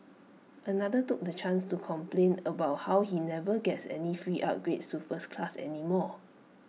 another took the chance to complain about how he never gets any free upgrades to first class anymore